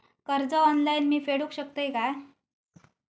कर्ज ऑनलाइन मी फेडूक शकतय काय?